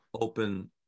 open